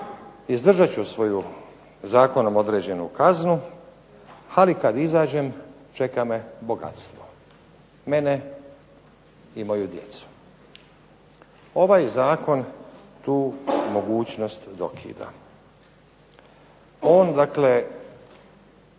izdržat ću svoju zakonom određenu kaznu, ali kada izađem čeka me bogatstvo, mene i moju djecu. Ovaj zakon tu mogućnost dokida. On dakle